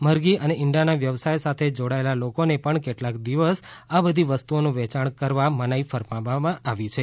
મરઘી અને ઈંડાના વ્યવસાય સાથે જોડાયેલા લોકોને પણ કેટલાક દિવસ આ બધી વસ્તુઓનું વેચાણ કરવા મનાઇ ફરમાવી છે